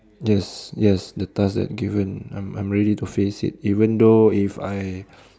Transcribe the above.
yes yes the task that is given I'm I'm ready to face it even though if I